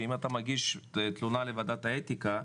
אם אתה מגיש תלונה לוועדת האתיקה,